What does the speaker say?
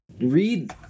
read